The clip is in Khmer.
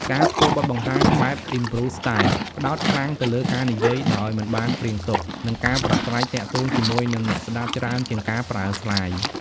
ការធ្វើបទបង្ហាញបែប improv-style ផ្តោតខ្លាំងទៅលើការនិយាយដោយមិនបានព្រៀងទុក និងមានប្រាស័យទាក់ទងជាមួយនឹងអ្នកស្ដាប់ច្រើនជាងការប្រើស្លាយ។